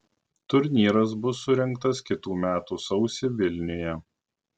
turnyras bus surengtas kitų metų sausį vilniuje